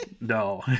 No